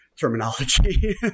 terminology